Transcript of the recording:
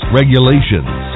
regulations